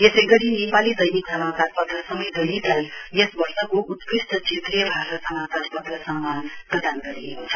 यसै गरी नेपाली दैनिक समाचार पत्र समय दैनिकलाई यस वर्षको उत्कृस्ट क्षेत्रीय भाषा समाचार पत्र सम्मान प्रदान गरिएको छ